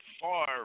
Far